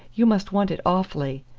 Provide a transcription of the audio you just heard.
you must want it awfully.